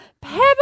Pepper